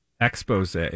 expose